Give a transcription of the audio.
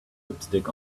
lipstick